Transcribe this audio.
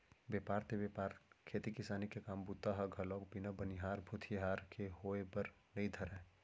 बेपार ते बेपार खेती किसानी के काम बूता ह घलोक बिन बनिहार भूथियार के होय बर नइ धरय